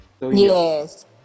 Yes